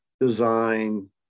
design